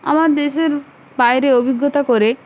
আমার দেশের বাইরে অভিজ্ঞতা করে